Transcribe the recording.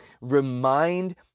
remind